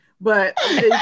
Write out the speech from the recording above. but-